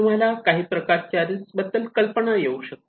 तुम्हाला काही प्रकारच्या रिस्क बद्दल कल्पना येऊ शकते